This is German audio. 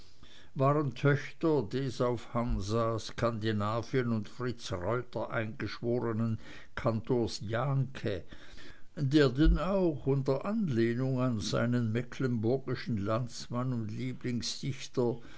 waren töchter des auf hansa skandinavien und fritz reuter eingeschworenen kantors jahnke der denn auch unter anlehnung an seinen mecklenburgischen landsmann und